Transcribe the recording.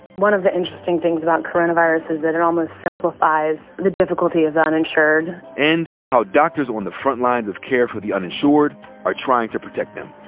one of the interesting things about coronavirus is that it almost simplifies the difficulty of the uninsured. and how doctors on the frontlines of care for the uninsured are trying to protect them.